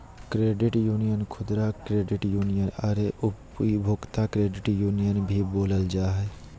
credit union खुदरा credit union आर उपभोक्ता क्रेडिट यूनियन भी बोलल जा हइ